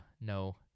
no